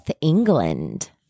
England